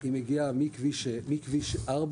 היא מגיעה מכביש 4,